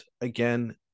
again